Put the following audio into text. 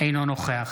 אינו נוכח